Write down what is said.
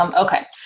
um okay,